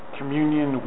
communion